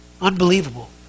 Unbelievable